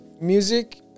music